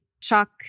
Chuck